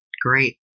Great